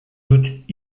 doute